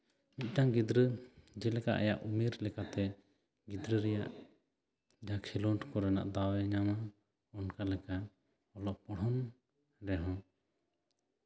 ᱢᱤᱫᱴᱟᱝ ᱜᱤᱫᱽᱨᱟᱹ ᱡᱮᱞᱮᱠᱟ ᱟᱭᱟᱜ ᱩᱢᱮᱨ ᱞᱮᱠᱟᱛᱮ ᱜᱤᱫᱽᱨᱟᱹ ᱨᱮᱭᱟᱜ ᱡᱟᱦᱟᱸ ᱠᱷᱮᱞᱳᱰ ᱠᱚᱨᱮᱭᱟᱜ ᱫᱟᱣᱮ ᱧᱟᱢᱟ ᱚᱱᱠᱟ ᱞᱮᱠᱟ ᱚᱞᱚᱜ ᱯᱚᱲᱦᱚᱱ ᱨᱮᱦᱚᱸ